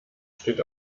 steht